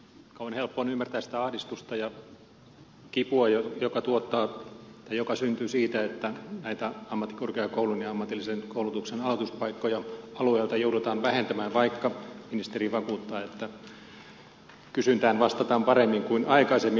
on helppo ymmärtää sitä ahdistusta ja kipua joka syntyy siitä että näitä ammattikorkeakoulun ja ammatillisen koulutuksen aloituspaikkoja alueelta joudutaan vähentämään vaikka ministeri vakuuttaa että kysyntään vastataan paremmin kuin aikaisemmin